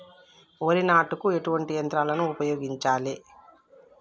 వరి నాటుకు ఎటువంటి యంత్రాలను ఉపయోగించాలే?